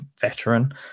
veteran